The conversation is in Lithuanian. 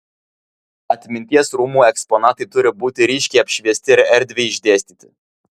atminties rūmų eksponatai turi būti ryškiai apšviesti ir erdviai išdėstyti